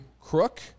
Crook